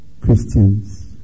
Christians